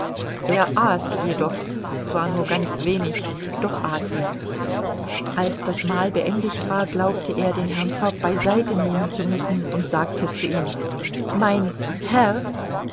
er aß jedoch zwar nur ganz wenig doch aß er als das mahl beendigt war glaubte er den herrn fogg bei seite nehmen zu müssen und sagte zu ihm mein herr